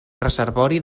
reservori